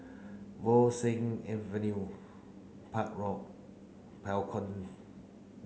Bo Seng Avenue Park Road